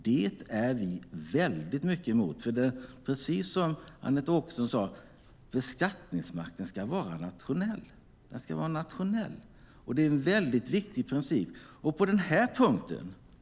Det är vi väldigt mycket emot. Precis som Anette Åkesson sade ska beskattningsmakten vara nationell. Det är en viktig princip.